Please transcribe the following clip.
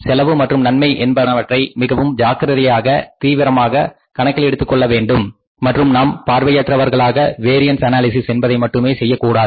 செலவு மற்றும் நன்மை என்பனவற்றை மிகவும் ஜாக்கிரதையாக தீவிரமாக கணக்கிலெடுத்துக்கொள்ள வேண்டும் மற்றும் நாம் பார்வையற்றவர்களாக வேரியன்ஸ் அனாலிசிஸ் என்பதை மட்டுமே செய்யக்கூடாது